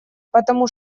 потому